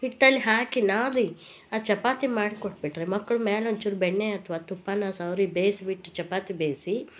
ಹಿಟ್ಟಲ್ ಹಾಕಿ ನಾದಿ ಆ ಚಪಾತಿ ಮಾಡ್ಕೊಟ್ಬಿಟ್ರೆ ಮಕ್ಕಳು ಮ್ಯಾಲೆ ಒಂಚೂರು ಬೆಣ್ಣೆ ಅಥವಾ ತುಪ್ಪಾನ ಸವ್ರಿ ಬೇಯ್ಸ್ಬಿಟ್ಟು ಚಪಾತಿ ಬೇಯ್ಸಿ